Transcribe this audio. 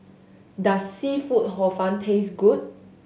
does seafood Hor Fun taste good